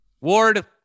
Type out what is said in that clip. Ward